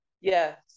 Yes